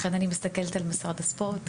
לכן אני מסתכלת על משרד הספורט,